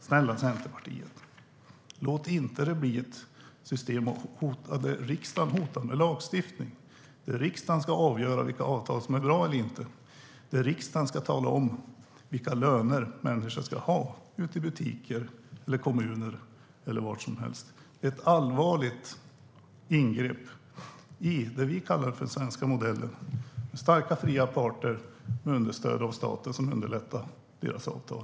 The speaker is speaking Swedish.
Snälla Centerpartiet: Låt det inte bli ett system där riksdagen hotar med lagstiftning, där riksdagen ska avgöra vilka avtal som är bra eller inte och där riksdagen ska tala om vilka löner människor ska ha i butiker, kommuner eller var som helst. Det är ett allvarligt ingrepp i vad vi kallar för den svenska modellen med starka fria parter med understöd av staten som underlättar deras avtal.